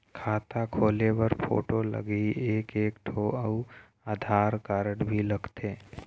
खाता खोले बर फोटो लगही एक एक ठो अउ आधार कारड भी लगथे?